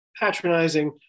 patronizing